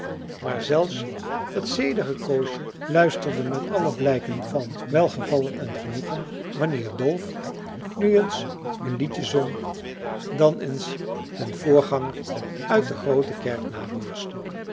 maar zelfs het zedige koosje luisterde met alle blijken van welgevallen en genoegen wanneer dolf nu eens een liedje zong dan eens den voorzanger uit de groote kerk nabootste